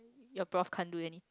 your prof can't do anything